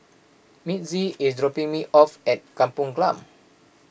Mitzi is dropping me off at Kampong Glam